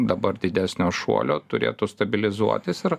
dabar didesnio šuolio turėtų stabilizuotis ir